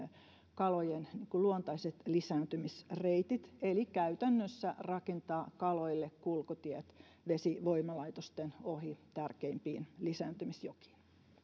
kalojen luontaiset lisääntymisreitit eli käytännössä rakentaa kaloille kulkutiet vesivoimalaitosten ohi tärkeimpiin lisääntymisjokiin